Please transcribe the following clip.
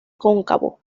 cóncavo